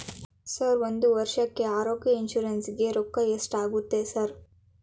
Sir ಒಂದು ವರ್ಷಕ್ಕೆ ಆರೋಗ್ಯ ಇನ್ಶೂರೆನ್ಸ್ ಗೇ ರೊಕ್ಕಾ ಎಷ್ಟಾಗುತ್ತೆ ಸರ್?